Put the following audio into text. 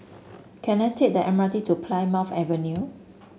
can I take the M R T to Plymouth Avenue